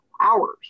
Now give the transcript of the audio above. hours